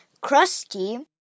crusty